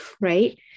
right